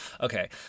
Okay